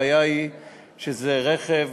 הבעיה היא שזה רכב,